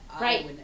Right